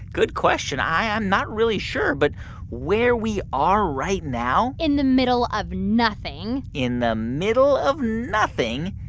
good question. i'm not really sure. but where we are right now. in the middle of nothing. in the middle of nothing,